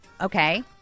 Okay